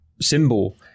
symbol